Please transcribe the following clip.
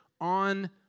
on